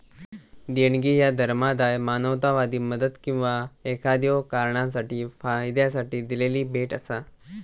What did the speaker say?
देणगी ह्या धर्मादाय, मानवतावादी मदत किंवा एखाद्यो कारणासाठी फायद्यासाठी दिलेली भेट असा